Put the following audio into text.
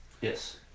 yes